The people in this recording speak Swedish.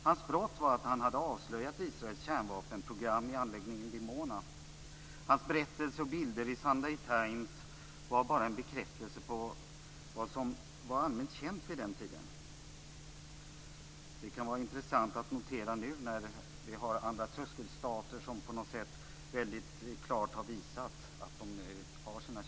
Hans brott var att han hade avslöjat Israels kärnvapenprogram i anläggningen Dimona. Hans berättelse och bilder i Sunday Times var bara en bekräftelse på vad som var allmänt känt vid den tiden. Det kan vara intressant att notera nu, när andra tröskelstater klart har visat att de har sina kärnvapen.